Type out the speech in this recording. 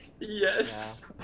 Yes